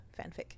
fanfic